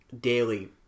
daily